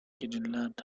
گرینلند